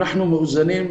אנחנו מאוזנים.